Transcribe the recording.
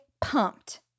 pumped